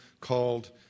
called